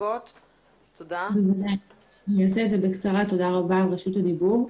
תודה רבה על רשות הדיבור.